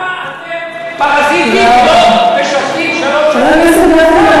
למה אתם פרזיטים ולא משרתים שלוש שנים?